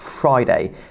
Friday